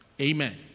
Amen